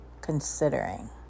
considering